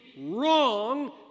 wrong